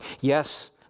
Yes